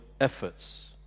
efforts